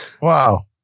Wow